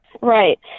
Right